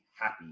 happy